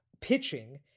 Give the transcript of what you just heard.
pitching